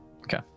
Okay